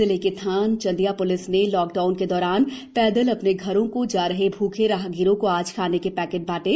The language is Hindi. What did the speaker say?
जिले के थान चंदिया प्लिस ने लाकडाउन के दौरान पैदल अपने घरों को जा रहे भूखे राहगीरों को आज खाने के पैकेट बांटे